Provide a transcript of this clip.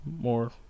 more